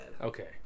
Okay